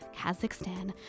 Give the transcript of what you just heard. Kazakhstan